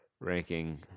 ranking